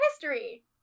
history